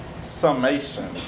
summation